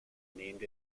named